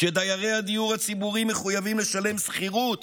כשדיירי הדיור הציבורי מחויבים לשלם שכירות